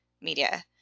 media